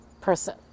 person